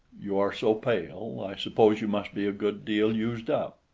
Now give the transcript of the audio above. you are so pale, i suppose you must be a good deal used up.